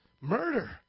Murder